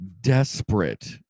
desperate